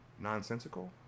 Nonsensical